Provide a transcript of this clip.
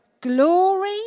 Glory